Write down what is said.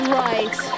right